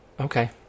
okay